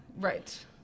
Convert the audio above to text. right